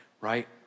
right